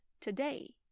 today